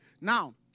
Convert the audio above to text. now